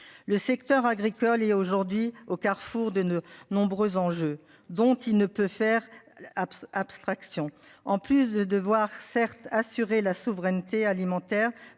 le secteur agricole et aujourd'hui au Carrefour de ne nombreux enjeux dont il ne peut faire. Abstraction en plus de devoir certes assurer la souveraineté alimentaire